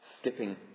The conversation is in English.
Skipping